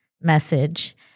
message